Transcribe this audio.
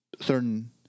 certain